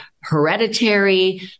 hereditary